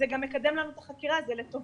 זה גם מקדם לנו את החקירה, זה לטובתנו.